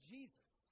Jesus